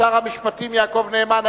שר המשפטים יעקב נאמן.